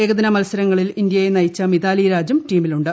ഏകദിന മത്സരങ്ങളിൽ ഇന്ത്യയെ നയിച്ച മിതാലി രാജും ടീമിലുണ്ട്